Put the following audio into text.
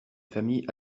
famille